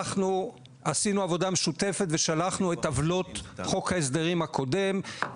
עשינו עבודה משותפת ושלחנו את הבלות חוק ההסדרים הקודם,